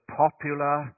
popular